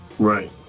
Right